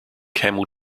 camel